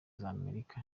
z’amerika